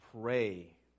pray